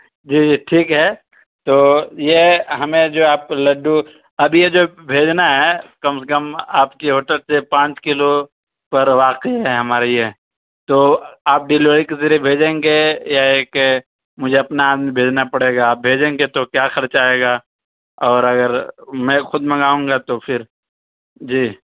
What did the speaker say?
جی جی ٹھیک ہے تو یہ ہمیں جو آپ کو لڈو اب یہ جو بھیجنا ہے کم سے کم آپ کے ہوٹل سے پانچ کلو پر واقعی ہے ہمارے یہ تو آپ ڈیلیوری کے ذریعے بھیجیں گے یا یہ کہ مجھے اپنا آدمی بھیجنا پڑے گا آپ بھیجیں گے تو کیا خرچہ آئے گا اور اگر میں خود منگاؤں گا تو پھر جی